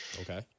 Okay